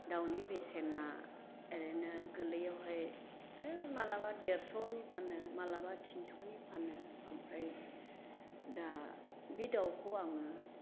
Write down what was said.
दाउनि बेसेना ओरैनो गोरलैहाय मालाबा देरस'नि फानो मालाबा थिनसनि आमफ्राइ दा बे दाउखौ आङो